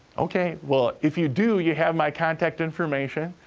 okay, well, if you do, you have my contact information,